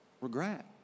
Regret